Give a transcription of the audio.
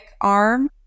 arm